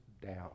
down